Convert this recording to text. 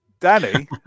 Danny